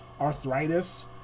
arthritis